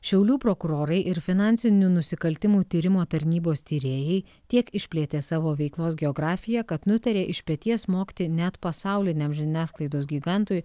šiaulių prokurorai ir finansinių nusikaltimų tyrimo tarnybos tyrėjai tiek išplėtė savo veiklos geografiją kad nutarė iš peties smogti net pasauliniam žiniasklaidos gigantui